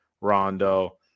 Rondo